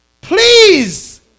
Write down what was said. please